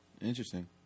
Interesting